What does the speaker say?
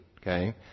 okay